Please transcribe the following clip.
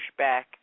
pushback